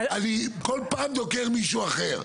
אני כל פעם דוקר מישהו אחר.